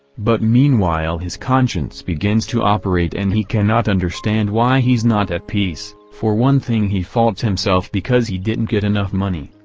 but meanwhile his conscience begins to operate and he cannot understand why he's not at peace. for one thing he faults himself because he didn't get enough money.